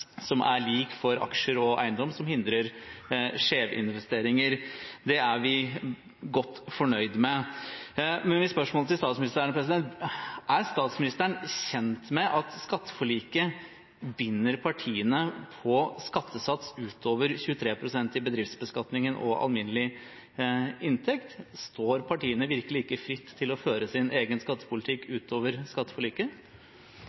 som er lik for aksjer og eiendom, som hindrer skjevinvesteringer. Det er vi godt fornøyd med. Men mitt spørsmål til statsministeren er: Er statsministeren kjent med at skatteforliket binder partiene til skattesats utover 23 pst. i bedriftsbeskatningen og alminnelig inntekt? Står partiene virkelig ikke fritt til å føre sin egen skattepolitikk